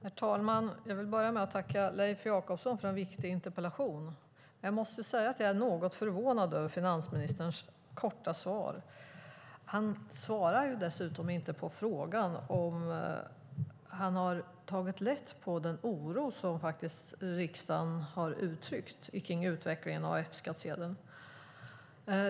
Herr talman! Jag vill börja med att tacka Leif Jakobsson för en viktig interpellation. Jag är något förvånad över finansministerns korta svar. Han svarar dessutom inte på frågan om han har tagit lätt på den oro som riksdagen har uttryckt över utvecklingen av F-skattsedeln.